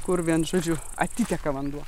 kur vienu žodžiu atiteka vanduo